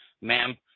Ma'am